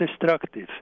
destructive